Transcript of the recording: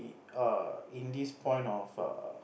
err in this point of err